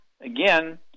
again